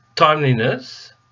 timeliness